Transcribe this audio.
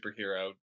superhero